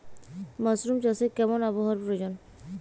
Mushroom চাষে কেমন আবহাওয়ার প্রয়োজন?